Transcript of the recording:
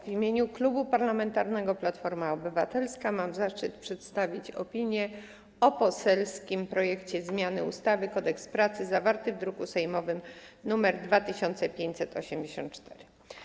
W imieniu Klubu Parlamentarnego Platforma Obywatelska mam zaszczyt przedstawić opinię o poselskim projekcie zmiany ustawy Kodeks pracy, zawartym w druku sejmowym nr 2584.